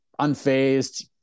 unfazed